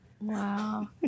Wow